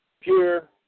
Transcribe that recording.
pure